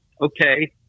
okay